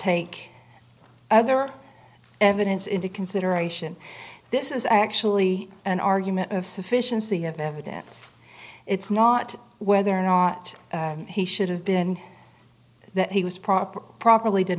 take other evidence into consideration this is actually an argument of sufficiency of evidence it's not whether or not he should have been that he was proper properly did